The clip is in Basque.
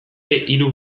hiru